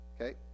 Okay